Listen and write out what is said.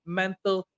mental